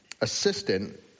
assistant